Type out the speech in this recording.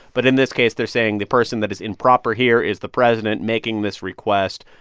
but in this case, they're saying the person that is improper here is the president making this request,